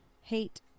hate